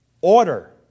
order